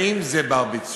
האם זה בר-ביצוע?